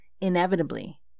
inevitably